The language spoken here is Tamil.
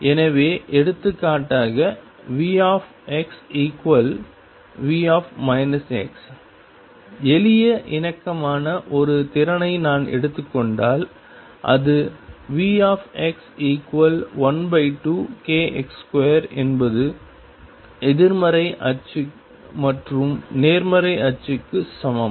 எனவே எடுத்துக்காட்டாக VxV எளிய இணக்கமான ஒரு திறனை நான் எடுத்துக் கொண்டால் அது Vx12kx2 என்பது எதிர்மறை அச்சு மற்றும் நேர்மறை அச்சுக்கு சமம்